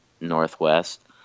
Northwest